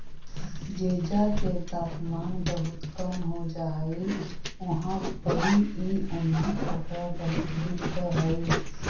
जेजा के तापमान बहुत कम हो जा हई उहाँ पड़ी ई उन्हीं कपड़ा बहुत बिक हई